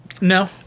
No